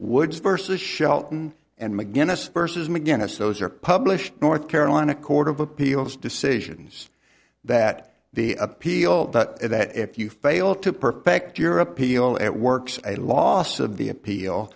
woods versus shelton and mcguinness versus mcginnis those are published north carolina court of appeals decisions that the appeal that if you fail to perfect your appeal it works a loss of the appeal